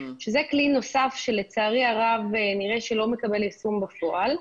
שזה כלי נוסף שלצערי הרב נראה שלא מקבל יישום בפועל.